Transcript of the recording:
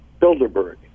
Bilderberg